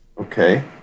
Okay